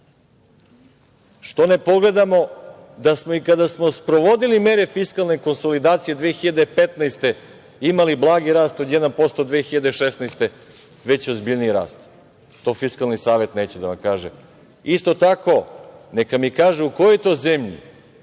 Zašto ne pogledamo da smo i kada smo sprovodili mere fiskalne konsolidacije 2015. godine imali blagi rast od 1%, a 2016. godine već ozbiljniji rast. To Fiskalni savet neće da vam kaže. Isto tako, neka mi kažu u kojoj to zemlji